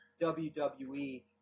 WWE